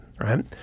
right